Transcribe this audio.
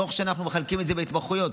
תוך שאנחנו מחלקים את זה להתמחויות,